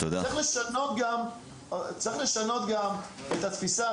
צריך לשנות גם את התפיסה.